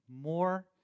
more